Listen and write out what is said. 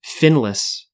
Finless